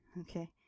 Okay